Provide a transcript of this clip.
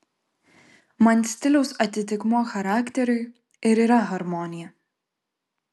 man stiliaus atitikmuo charakteriui ir yra harmonija